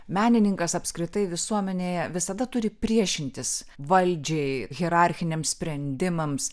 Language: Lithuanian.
menininkas apskritai visuomenėje visada turi priešintis valdžiai hierarchiniams sprendimams